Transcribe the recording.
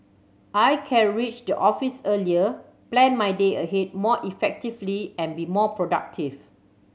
I can reach the office earlier plan my day ahead more effectively and be more productive